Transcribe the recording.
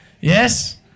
Yes